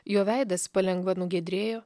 jo veidas palengva nugiedrėjo